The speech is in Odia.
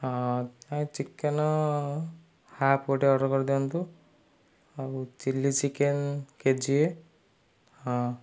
ହଁ ନାଇଁ ଚିକେନ୍ ହାଫ୍ ଗୋଟିଏ ଅର୍ଡ଼ର କରିଦିଅନ୍ତୁ ଆଉ ଚିଲି ଚିକେନ୍ କେଜିଏ ହଁ